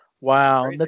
Wow